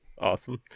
awesome